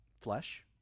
flesh